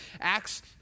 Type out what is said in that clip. Acts